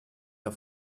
der